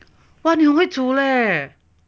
!wah! 你很会煮 leh